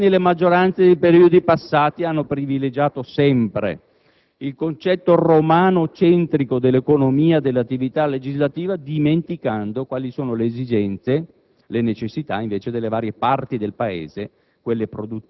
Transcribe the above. questo Governo, questa maggioranza, ma anche i Governi e le maggioranze dei periodi passati hanno privilegiato sempre il concetto romanocentrico dell'economia e dell'attività legislativa, dimenticando quali sono le esigenze